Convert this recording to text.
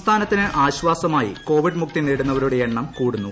സംസ്ഥാനത്തിന് ആശ്ചാസ്മായി കോവിഡ് മുക്തി നേടുന്നവരുടെ എണ്ണം ക്ടൂടുന്നു